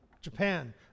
Japan